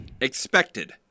Expected